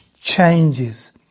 changes